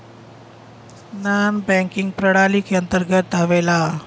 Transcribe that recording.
नानॅ banking प्रणाली के अंतर्गत आवेला